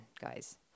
guys